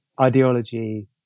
ideology